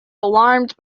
alarmed